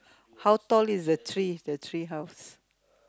how tall is the tree is the treehouse